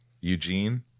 Eugene